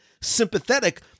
sympathetic